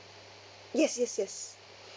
yes yes yes